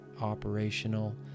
operational